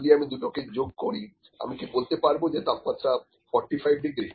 যদি আমি দুটোকে যোগ করি আমি কি বলতে পারব যে তাপমাত্রা 45 ডিগ্রী